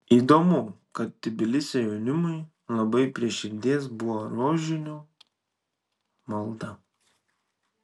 įdomu kad tbilisio jaunimui labai prie širdies buvo rožinio malda